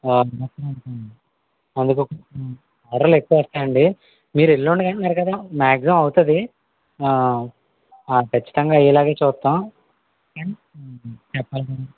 అందుకు ఆర్డర్లు ఎక్కువ వస్తాయి అండి మీరు ఎల్లుండికి అంటున్నారు కదా మ్యాక్జిమమ్ అవుతుంది ఖచ్చితంగా అయ్యేలాగే చూస్తాము చెప్పాలి కదా